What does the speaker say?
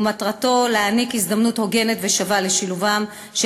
ומטרתה להעניק הזדמנות הוגנת ושווה בשילובם של